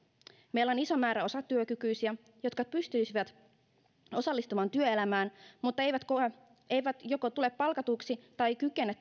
meillä on iso määrä osatyökykyisiä jotka pystyisivät osallistumaan työelämään mutta eivät joko tule palkatuiksi tai kykene